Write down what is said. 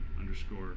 underscore